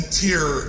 tear